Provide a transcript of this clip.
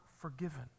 forgiven